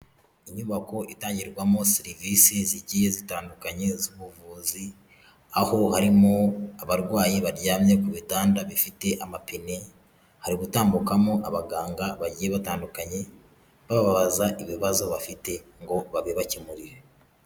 Inyubako itangirwamo serivisi zigiye zitandukanye z'ubuvuzi, aho harimo abarwayi baryamye ku bitanda bifite amapine, hari gutambukamo abaganga bagiye batandukanye, bababaza ibibazo bafite ngo babibakemurire.